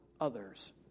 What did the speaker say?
others